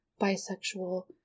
bisexual